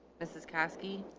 this is caskey.